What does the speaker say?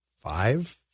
Five